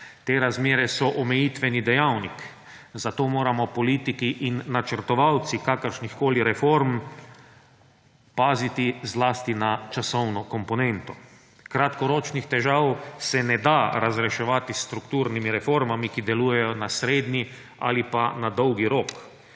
Te razmere so omejitveni dejavnik, zato moramo politiki in načrtovalci kakršnihkoli reform paziti zlasti na časovno komponento. Kratkoročnih težav se ne da razreševati s strukturnimi reformami, ki delujejo na srednji ali pa na dolgi rok.